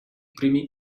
primi